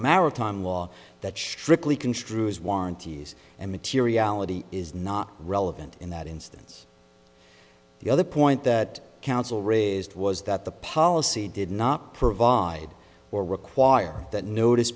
maritime law that strictly construed as warranties and materiality is not relevant in that instance the other point that counsel raised was that the policy did not provide or require that notice